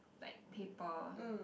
like paper